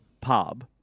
pub